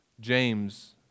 James